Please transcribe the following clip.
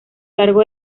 largo